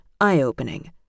eye-opening